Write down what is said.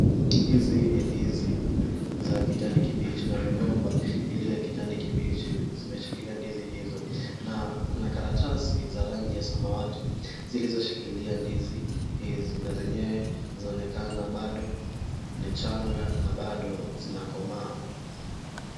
Hizi ni ndizi za kijani kibichi na migomba iliyo ya kijani kibichi zimeshikilia ndizi hizo na kuna karatasi za rangi ya samawati zizlizoshikilia ndizi hizi na zenyewe zinaonekana bado ni changa na bado zinakomaa.